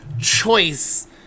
choice